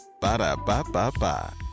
Ba-da-ba-ba-ba